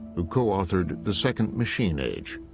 who co-authored the second machine age.